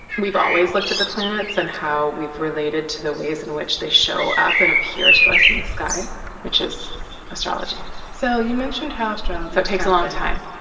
we've always looked at the planets and how we've related to the ways in which they show up and appear to us in the sky which is astrology. so you mentioned house journal so it so takes a long time.